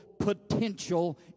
Potential